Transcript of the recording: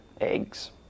eggs